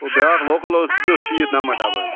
ہُہ بیٛاکھ لوکل اوس سُہ تہِ اوس شیٖتھ نمتھ ڈبہٕ حظ